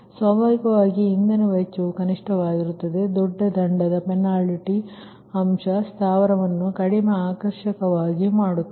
ಆದ್ದರಿಂದ ಸ್ವಾಭಾವಿಕವಾಗಿ ಇಂಧನ ವೆಚ್ಚವು ಕನಿಷ್ಟವಾಗಿರುತ್ತದೆ ಆದರೆ ದೊಡ್ಡ ದಂಡದ ಪೆನಾಲ್ಟಿ ಅಂಶ ಸ್ಥಾವರವನ್ನು ಕಡಿಮೆ ಆಕರ್ಷಕವಾಗಿ ಮಾಡುತ್ತದೆ